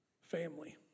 family